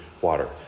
water